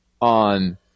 on